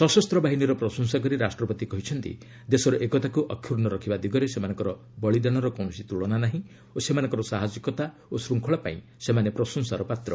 ସଶସ୍ତ ବାହିନୀର ପ୍ରଶଂସା କରି ରାଷ୍ଟ୍ରପତି କହିଛନ୍ତି ଦେଶର ଏକତାକୁ ଅକ୍ଷୁଣ୍ଣ ରଖିବା ଦିଗରେ ସେମାନଙ୍କର ବଳିଦାନର କୌଣସି ତୁଳନା ନାହିଁ ଓ ସେମାନଙ୍କର ସାହିସିକତା ଓ ଶୃଙ୍ଖଳା ପାଇଁ ସେମାନେ ପ୍ରଶଂସାର ପାତ୍ର